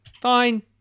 fine